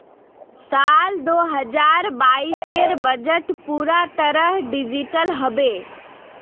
साल दो हजार बाइसेर बजट पूरा तरह डिजिटल हबे